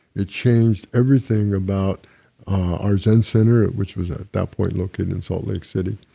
it changed everything about our zen center, which was at that point located in salt lake city